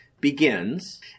begins